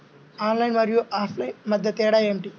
Online మరియు offline మధ్య తేడా ఏమిటీ?